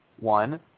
One